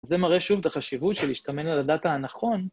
זה מראה שוב את החשיבות של להשתמן על הדאטה הנכון.